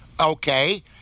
okay